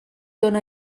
dóna